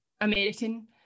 American